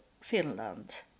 Finland